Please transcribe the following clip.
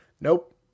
Nope